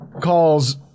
calls